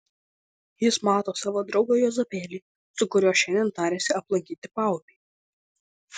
jis mato savo draugą juozapėlį su kuriuo šiandien tarėsi aplankyti paupį